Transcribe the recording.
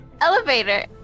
Elevator